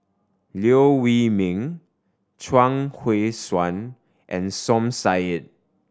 Liew Wee Mee Chuang Hui Tsuan and Som Said